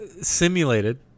simulated